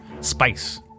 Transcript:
spice